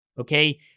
Okay